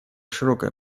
широкое